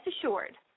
assured